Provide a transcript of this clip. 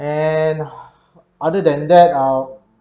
and other than that uh